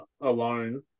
alone